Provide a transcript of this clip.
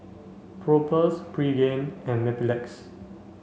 Propass Pregain and Mepilex